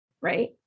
right